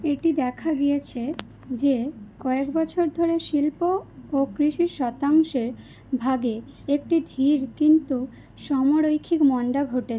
এটি দেখা গিয়েছে যে কয়েক বছর ধরে শিল্প ও কৃষির শতাংশের ভাগে একটি ধীর কিন্তু সমরৈখিক মন্দা ঘটে